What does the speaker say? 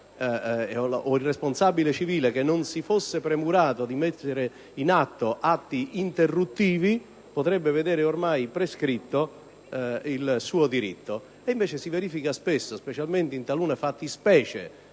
o il responsabile civile che non si fosse premurato di mettere in atto atti interruttivi veda ormai prescritto il suo diritto. Si verifica spesso, particolarmente in talune fattispecie